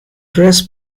dress